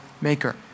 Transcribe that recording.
maker